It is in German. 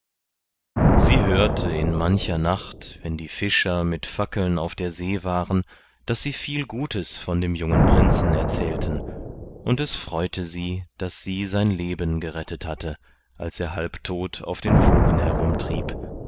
sie hörte in mancher nacht wenn die fischer mit fackeln auf der see waren daß sie viel gutes von dem jungen prinzen erzählten und es freute sie daß sie sein leben gerettet hatte als er halb tot auf den wogen herumtrieb